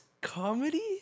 comedy